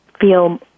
feel